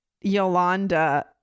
Yolanda